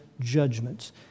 judgments